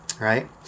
right